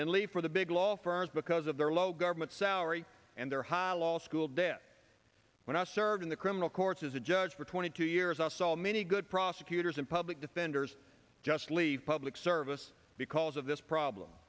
then leave for the big law firms because of their low government salary and their high law school debt when i served in the criminal courts as a judge for twenty two years i saw many good prosecutors and public defenders just leave public service because of this problem